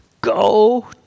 go